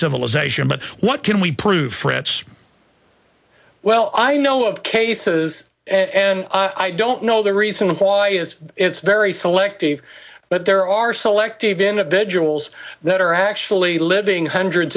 civilization but what can we prove frets well i know of cases and i don't know the reason why it's it's very selective but there are selective individuals that are actually living hundreds